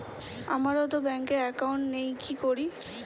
আমারতো ব্যাংকে একাউন্ট নেই কি করি?